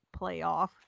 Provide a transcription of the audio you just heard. playoff